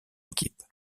équipe